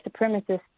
supremacists